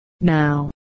Now